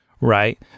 right